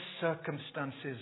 circumstances